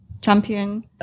champion